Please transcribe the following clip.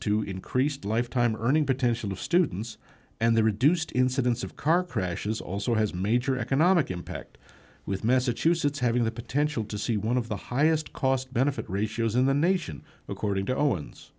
to increased lifetime earning potential of students and the reduced incidence of car crashes also has major economic impact with message choose it's having the potential to see one of the highest cost benefit ratios in the nation according to owens